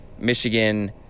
Michigan